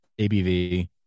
abv